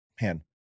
man